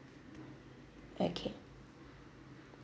okay